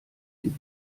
sie